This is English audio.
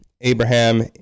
Abraham